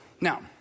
Now